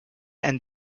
and